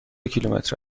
کیلومتر